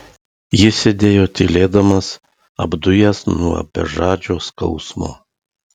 jis sėdėjo tylėdamas apdujęs nuo bežadžio skausmo